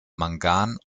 mangan